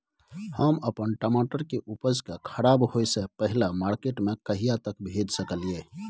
हम अपन टमाटर के उपज के खराब होय से पहिले मार्केट में कहिया तक भेज सकलिए?